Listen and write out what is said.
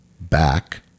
back